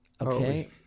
Okay